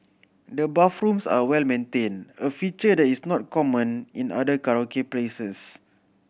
the bathrooms are well maintained a feature that is not common in other karaoke places